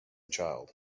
child